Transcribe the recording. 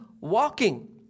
walking